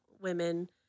women